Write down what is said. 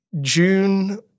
June